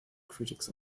critics